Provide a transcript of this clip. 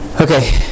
Okay